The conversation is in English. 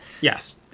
Yes